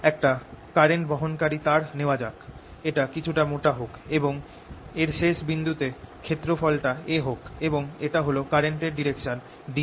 একটা কারেন্ট বহনকারি তার নেওয়া যাক এটা কিছুটা মোটা হোক এবং এর শেষ বিন্দুতে ক্ষেত্রফল টা A হোক এবং এটা হল কারেন্ট ডাইরেকশন dl